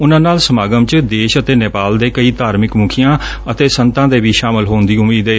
ਉਨਾਂ ਨਾਲ ਸਮਾਗਮ ਚ ਦੇਸ਼ ਅਤੇ ਨੇਪਾਲ ਦੇ ਕਈ ਧਾਰਮਿਕ ਮੁਖੀਆਂ ਅਤੇ ਸੰਤਾਂ ਦੇ ਵੀ ਸ਼ਾਮਲ ਹੋਣ ਦੀ ਉਮੀਦ ਏ